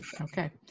Okay